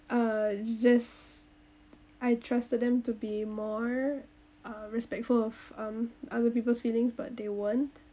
uh it's just I trusted them to be more uh respectful of um other people's feelings but they weren't